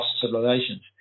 civilizations